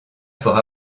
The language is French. fort